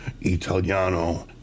Italiano